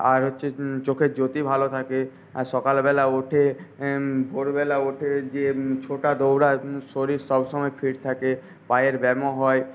আর হচ্ছে চোখের জ্যোতি ভালো থাকে আর সকালবেলা উঠে ভোরবেলা উঠে যে ছোটা দৌড়া শরীর সবসময় ফিট থাকে পায়ের ব্যায়ামও হয়